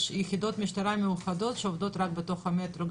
יש יחידות משטרה מיוחדות שעובדות רק בתוך המטרו.